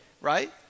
right